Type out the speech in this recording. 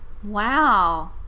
Wow